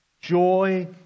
joy